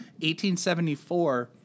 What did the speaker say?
1874